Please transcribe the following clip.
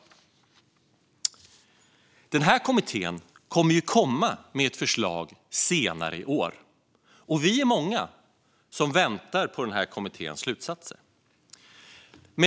Handläggande myndighet för ärenden om stöd vid korttidsarbete Denna kommitté kommer med ett förslag senare i år. Vi är många som väntar på kommitténs slutsatser.